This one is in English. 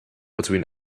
between